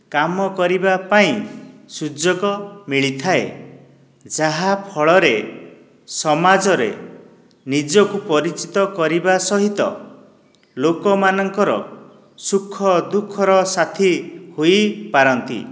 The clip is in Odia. କାମ କରିବା ପାଇଁ ସୁଯୋଗ ମିଳିଥାଏ ଯାହା ଫଳରେ ସମାଜରେ ନିଜକୁ ପରିଚିତ କରିବା ସହିତ ଲୋକମାନଙ୍କର ସୁଖ ଦୁଃଖର ସାଥି ହୋଇପାରନ୍ତି